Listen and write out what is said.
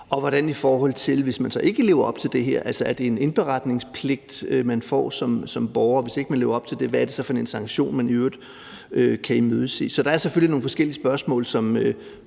Og hvad så, hvis man så ikke lever op til det her? Er det så en indberetningspligt, man får som borger, og hvis man ikke lever op til det, hvad er det så for en sanktion, man i øvrigt kan imødese? Så der er selvfølgelig nogle forskellige spørgsmål, og